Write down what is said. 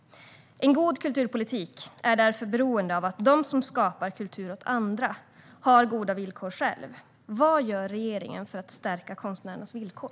En god kulturpolitik är därför beroende av att de som skapar kultur åt andra själva har goda villkor. Vad gör regeringen för att stärka konstnärernas villkor?